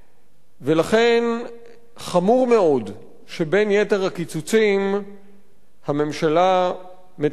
ולכן חמור מאוד שבין יתר הקיצוצים הממשלה מתכננת גם